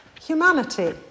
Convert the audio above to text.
humanity